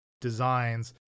designs